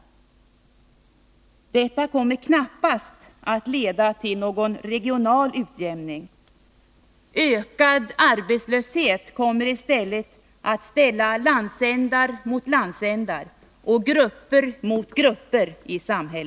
Detta kommer knappast att leda till någon regional utjämning. Ökad arbetslöshet kommer tvärtom att ställa landsändar mot landsändar och grupper mot grupper.